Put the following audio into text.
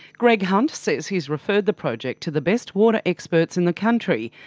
greg hunt says he has referred the project to the best water experts in the country,